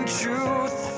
truth